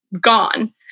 gone